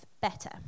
better